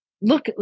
Look